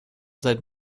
seit